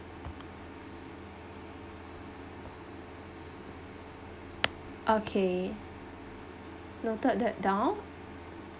okay noted that down